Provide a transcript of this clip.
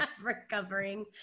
recovering